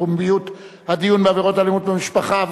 פומביות הדיון בעבירות אלימות במשפחה),